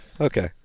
Okay